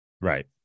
Right